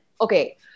Okay